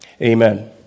Amen